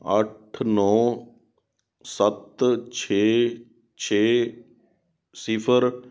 ਅੱਠ ਨੌਂ ਸੱਤ ਛੇ ਛੇ ਸਿਫ਼ਰ